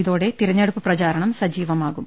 ഇതോടെ തിരഞ്ഞെടുപ്പു പ്രചരണം സജീവമാകും